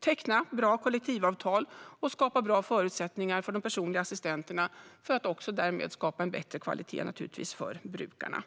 teckna bra kollektivavtal och skapa bra förutsättningar för de personliga assistenterna och därmed naturligtvis också en bättre kvalitet för brukarna.